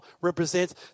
represents